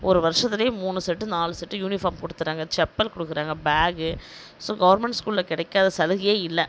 ஒரு வருஷத்துலியே மூணு செட்டு நாலு செட்டு யூனிஃபார்ம் கொடுத்துறாங்க செப்பல் கொடுக்குறாங்க பேகு ஸோ கவுர்மெண்ட் ஸ்கூலில் கிடைக்காத சலுகையே இல்லை